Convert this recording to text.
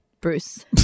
Bruce